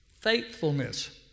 faithfulness